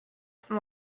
from